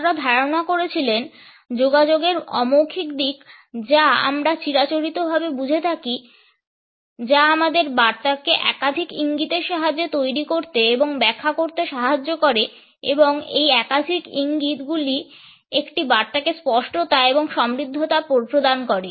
তারা ধারণা করেছিলেন যোগাযোগের অমৌখিক দিক যা আমরা চিরাচরিতভাবে বুঝে থাকি যা আমাদের বার্তাকে একাধিক ইঙ্গিতের সাহায্যে তৈরি করতে এবং ব্যাখ্যা করতে সাহায্য করে এবং এই একাধিক ইঙ্গিত গুলি একটি বার্তাকে স্পষ্টতা এবং সমৃদ্ধতা প্রদান করে